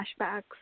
flashbacks